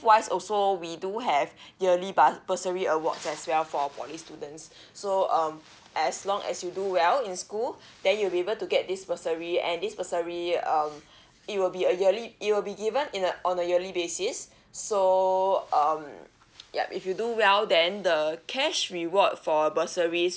wise also we do have yearly bus~ bursary a watch as well for poly students so um as long as you do well in school then you'll be able to get this bursary and this bursary um it will be a yearly it will be given in a on a yearly basis so um yup if you do well then the cash reward for bursary